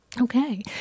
Okay